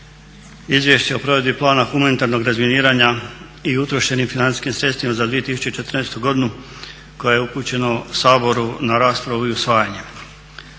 Izvješće o provedbi Plana humanitarnog razminiranja i utrošenim financijskim sredstvima za 2014. godinu koje je upućeno Saboru na raspravu i usvajanje.